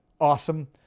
Awesome